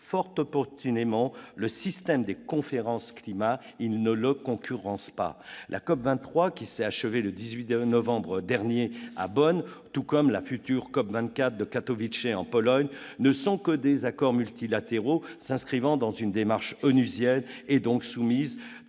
fort opportunément le système des conférences sur le climat ; il ne le concurrence pas. La COP23, qui s'est achevée le 17 novembre dernier à Bonn, et la future COP24 de Katowice, en Pologne, ne peuvent produire que des accords multilatéraux s'inscrivant dans une démarche onusienne, soumise